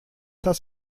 das